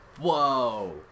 Whoa